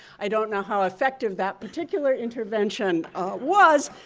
i don't know how effective that particular intervention was,